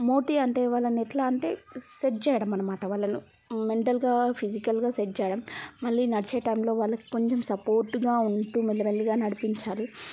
అంటే మోటి అంటే వాళ్ళను ఎట్లా అంటే సెట్ చేయడమనమాట వాళ్ళను మెంటల్గా ఫిజికల్గా సెట్ చేయడం మళ్ళీ నడిచే టైంలో వాళ్ళకి కొంచెం సపోర్ట్గా ఉంటూ మెల్లి మెల్లిగా నడిపించాలి